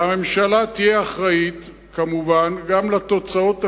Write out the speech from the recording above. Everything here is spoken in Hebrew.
והממשלה תהיה אחראית, כמובן, גם לתוצאות הקשות,